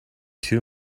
two